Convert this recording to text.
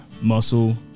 muscle